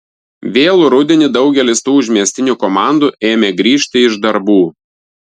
vėlų rudenį daugelis tų užmiestinių komandų ėmė grįžti iš darbų